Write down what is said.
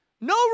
No